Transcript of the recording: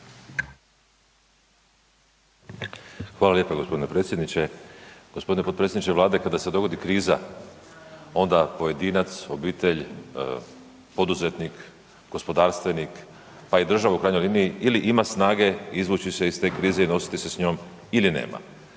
Hvala lijepo g. predsjedniče. g. Potpredsjedniče Vlade, kada se dogodi kriza onda pojedinac, obitelj, poduzetnik, gospodarstvenik, pa i država u krajnjoj liniji ili ima snage izvući se iz te krize i nositi se s njom il je nema.